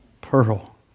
pearl